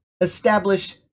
establish